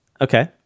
Okay